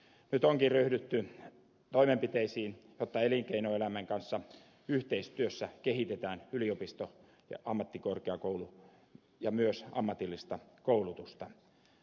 nyt onkin ryhdytty toimenpiteisiin jotta elinkeinoelämän kanssa yhteistyössä kehitetään yliopisto ja ammattikorkeakoulu ja myös ammatillista koulutusta